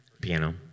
Piano